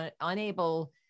unable